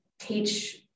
teach